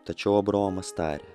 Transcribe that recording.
tačiau abraomas tarė